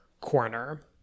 corner